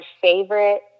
favorite